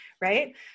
right